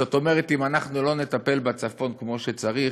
זאת אומרת, אם לא נטפל בצפון כמו שצריך,